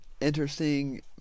interesting